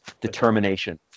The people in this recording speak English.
determination